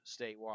statewide